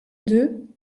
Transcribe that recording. deux